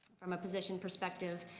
from a position perspective,